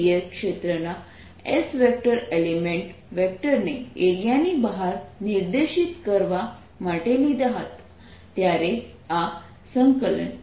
dS ક્ષેત્રના S element વેક્ટરને એરિયાની બહાર નિર્દેશિત કરવા માટે લીધા હતા ત્યારે આ E